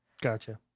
Gotcha